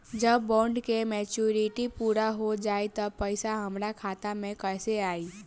जब बॉन्ड के मेचूरिटि पूरा हो जायी त पईसा हमरा खाता मे कैसे आई?